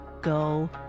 go